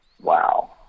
Wow